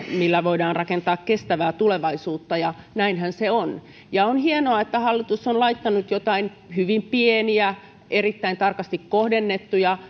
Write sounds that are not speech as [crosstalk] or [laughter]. millä voidaan rakentaa kestävää tulevaisuutta ja näinhän se on on hienoa että hallitus on laittanut jotain hyvin pieniä erittäin tarkasti kohdennettuja [unintelligible]